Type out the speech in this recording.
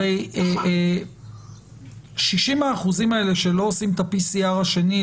הרי 60% האלה שלא עושים את ה-PCR השני,